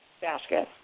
basket